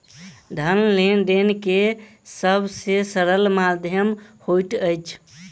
धन लेन देन के सब से सरल माध्यम होइत अछि